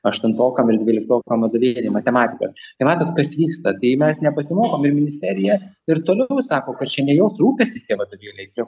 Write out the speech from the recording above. aštuntokam ir dvyliktokam vadovėliai matematikos ir matot kas vyksta tai mes nepasimokom ir ministerija ir toliau sako kad čia ne jos rūpestis tie vadovėliai prie